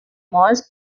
malls